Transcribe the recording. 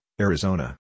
Arizona